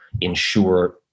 ensure